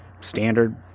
standard